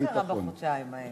אז מה קרה בחודשיים האלה?